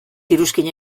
iruzkina